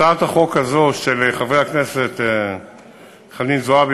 הצעת החוק הזאת של חברת הכנסת חנין זועבי